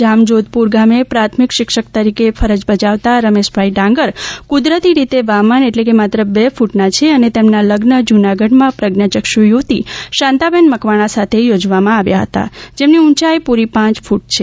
જામજોધપુર ગામે પ્રાથમિક શિક્ષક તરીકે ફરજ બજાવતાં રમેશભાઈ ડાંગર કુદરતી રીતે વામન એટલે કે માત્ર બે ફ્રટના છે અને તેમના લઝ્ન જૂનાગઢમાં પ્રજ્ઞાયક્ષુ યુવતી શાંતાબેન મકવાણા સાથે યોજવામાં આવ્યા હતા જેમની ઊંચાઈ પૂરી પાંચ ક્રટ છે